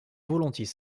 volontiers